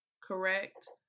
correct